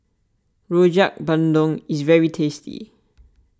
Rojak Bandung is very tasty